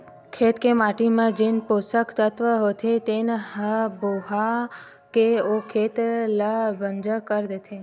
खेत के माटी म जेन पोसक तत्व होथे तेन ह बोहा के ओ खेत ल बंजर कर देथे